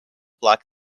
block